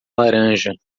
laranja